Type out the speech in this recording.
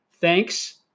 thanks